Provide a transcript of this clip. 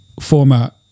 format